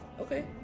okay